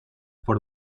por